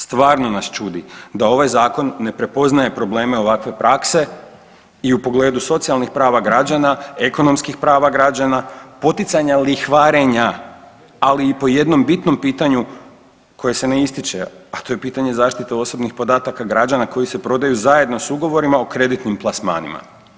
Stvarno nas čudi da ovaj Zakon ne prepoznaje probleme ovakve prakse i u pogledu socijalnih prava građana, ekonomskih prava građana, poticanja lihvarenja, ali i po jednom bitnom pitanju, koje se ne ističe, a to je pitanje zaštite osobnih podataka građana koji se prodaju zajedno s ugovorima o kreditnim plasmanima.